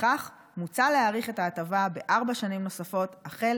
לפיכך מוצע להאריך את ההטבה בארבע שנים נוספות החל